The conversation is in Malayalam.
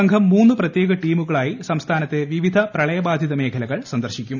സംഘം മൂന്ന് പ്രത്യേക ടീമുകളായി സംസ്ഥാനത്തെ വിവിധ പ്രളയബാധചഃ മേഖലകളും സന്ദർശിക്കും